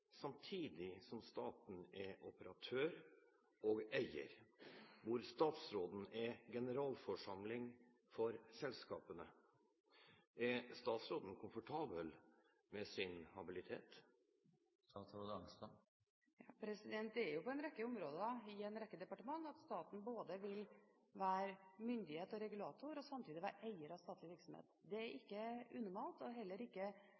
samtidig som staten er operatør og eier, hvor statsråden er generalforsamling for selskapene. Er statsråden komfortabel med sin habilitet? På en rekke områder i en rekke departementer vil staten være både myndighet og regulator og samtidig være eier av statlig virksomhet. Det er ikke unormalt, og det er heller ikke